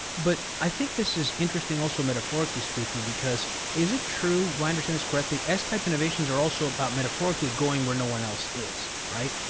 but i think this is interesting, also, metaphorically speaking, because is it true, do i understand this correctly, s-type innovations are also about metaphorically going where no one else is, right?